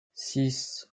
six